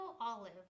olive